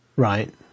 Right